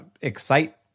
excite